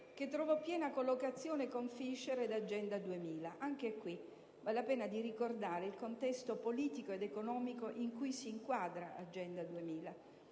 che trovò piena collocazione con Fischler ed Agenda 2000. Anche qui vale la pena di ricordare il contesto politico ed economico in cui si inquadra Agenda 2000: